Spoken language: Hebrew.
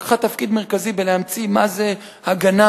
לקחה תפקיד מרכזי בלהמציא מה זה הגנה,